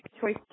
choice